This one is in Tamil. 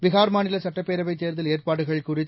பீகார் மாநில சட்டப்பேரவை தேர்தல் ஏற்பாடுகள் குறித்து